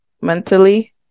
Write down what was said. mentally